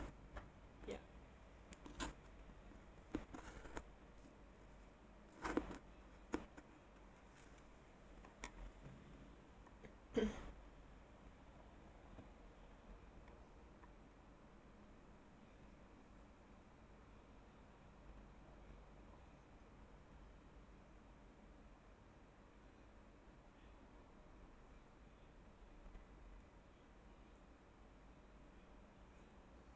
ya